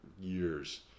years